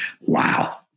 Wow